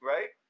Right